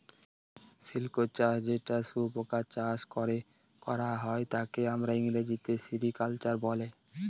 silk চাষ যেটা শুয়োপোকা চাষ করে করা হয় তাকে আমরা ইংরেজিতে সেরিকালচার বলে